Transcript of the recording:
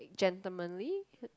gentlemanly